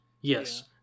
Yes